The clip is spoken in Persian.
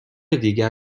دیگر